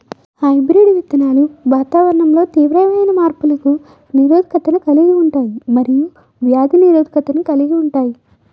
hybrid విత్తనాలు వాతావరణంలో తీవ్రమైన మార్పులకు నిరోధకతను కలిగి ఉంటాయి మరియు వ్యాధి నిరోధకతను కలిగి ఉంటాయి